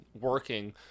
working